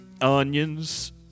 Onions